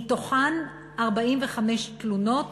מתוכן 45 תלונות